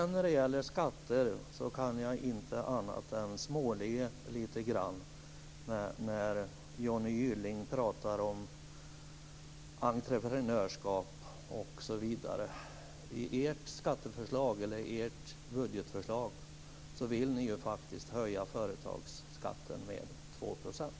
När det gäller skatter kan jag inte annat än småle lite grann när Johnny Gylling talar om entreprenörskap, osv. I ert budgetförslag vill ni faktiskt höja företagsskatten med 2 %.